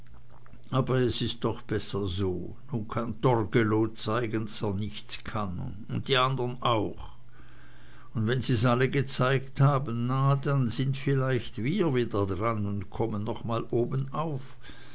aber es is doch besser so nu kann torgelow zeigen daß er nichts kann und die andern auch und wenn sie's alle gezeigt haben na dann sind wir vielleicht wieder dran und kommen noch mal obenauf